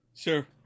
Sir